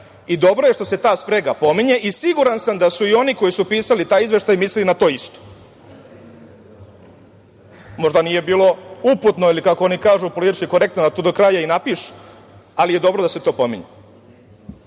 Dobro je što se ta sprega pominje i siguran sam da su i oni koji su pisali taj izveštaj mislili na to isto. Možda nije bilo uputno ali kako oni kažu, politički korektno, da to do kraja i napišu, ali je dobro da se to pominje. Kod